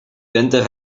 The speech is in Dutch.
winter